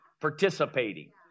participating